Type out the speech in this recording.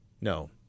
No